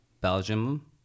Belgium